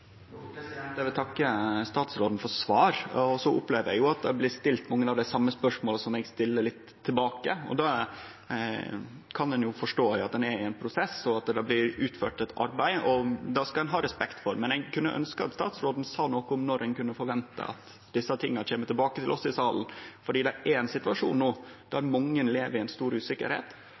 Eg vil takke statsråden for svaret. Eg opplever at mange av dei same spørsmåla som eg stiller, blir stilte tilbake. Då kan ein jo forstå at ein er i ein prosess, og at det blir utført eit arbeid. Det skal ein ha respekt for, men eg kunne ønskje at statsråden sa noko om når ein kunne forvente at desse tinga kjem tilbake til oss i salen, for det er no ein situasjon der mange lever i stor usikkerheit,